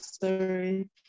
sorry